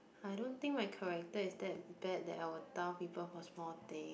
I don't think my character is that bad that I would tell people for small thing